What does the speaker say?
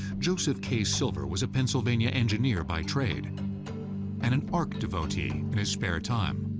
joseph k. silver was a pennsylvania engineer by trade and an ark devotee in his spare time.